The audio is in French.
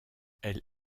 elle